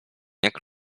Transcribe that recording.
jak